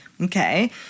Okay